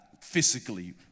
physically